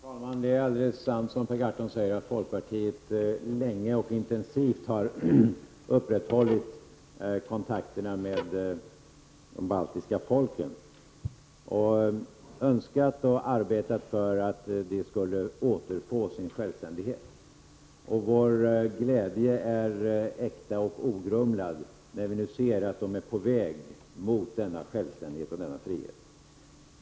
Herr talman! Det är alldeles sant som Per Gahrton säger att folkpartiet länge och intensivt har upprätthållit kontakterna med de baltiska folken. Vi har önskat och arbetat för att de skulle återfå sin självständighet. Vår glädje är äkta och ogrumlad när vi nu ser att de är på väg mot denna självständighet och frihet.